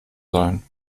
sein